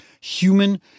human